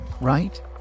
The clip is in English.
right